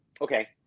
Okay